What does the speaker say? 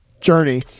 journey